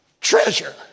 treasure